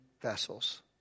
vessels